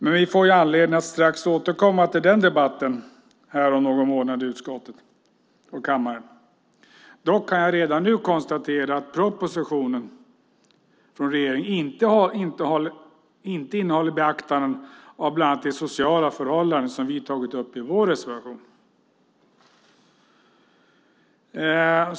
Men vi får anledning att återkomma till den debatten om någon månad i utskottet och i kammaren. Dock kan jag redan nu konstatera att propositionen från regeringen inte innehåller beaktanden av bland annat de sociala förhållanden som vi tagit upp i vår reservation.